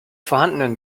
vorhandenen